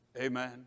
Amen